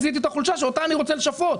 בהם זיהיתי את החולשה אותה אני רוצה לשפות.